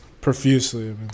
Profusely